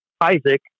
Isaac